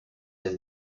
has